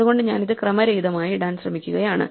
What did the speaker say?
അതുകൊണ്ട് ഞാൻ ഇത് ക്രമരഹിതമായി ഇടാൻ ശ്രമിക്കുകയാണ്